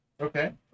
Okay